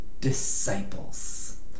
disciples